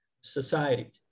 Society